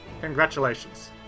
congratulations